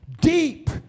deep